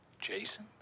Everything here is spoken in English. Jason